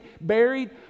buried